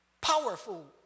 Powerful